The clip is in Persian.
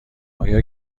آیا